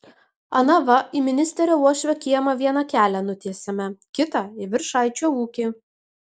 ana va į ministerio uošvio kiemą vieną kelią nutiesėme kitą į viršaičio ūkį